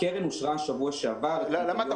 הקרן אושרה בשבוע שעבר --- למה אתה